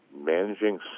managing